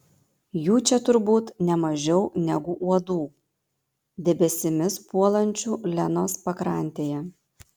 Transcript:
jų čia turbūt ne mažiau negu uodų debesimis puolančių lenos pakrantėje